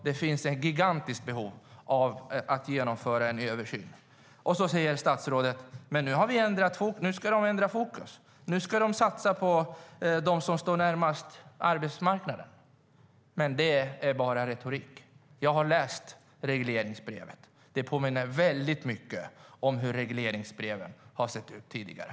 Det finns ett gigantiskt behov av att genomföra en översyn, och så säger statsrådet att de ska ändra fokus och satsa på dem som står närmast arbetsmarknaden. Det är dock bara retorik. Jag har läst regleringsbrevet. Det påminner väldigt mycket om hur regleringsbreven har sett ut tidigare.